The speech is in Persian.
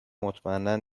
مطمئنا